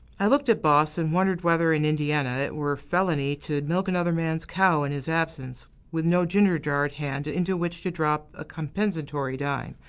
i looked at boss, and wondered whether in indiana it were felony to milk another man's cow in his absence, with no ginger jar at hand, into which to drop a compensatory dime.